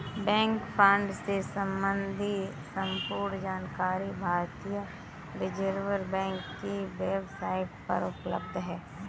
bank fraud से सम्बंधित संपूर्ण जानकारी भारतीय रिज़र्व बैंक की वेब साईट पर उपलब्ध है